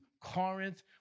Corinth